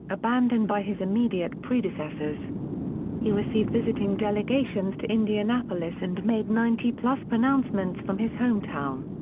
abandoned by his immediate predecessors he received visiting delegations to indianapolis and made ninety plus pronouncements from his home town.